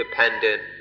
dependent